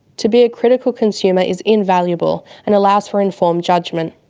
to be a critical consumer is invaluable and allows for informed judgement.